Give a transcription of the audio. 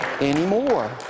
anymore